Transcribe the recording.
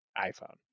iPhone